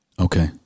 Okay